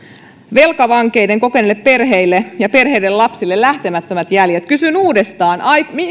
velkavankeuden kokeneille perheille ja perheiden lapsille lähtemättömät jäljet kysyn uudestaan